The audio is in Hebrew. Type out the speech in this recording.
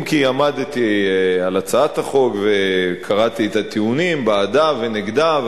אם כי עמדתי על הצעת החוק וקראתי את הטיעונים בעדה ונגדה,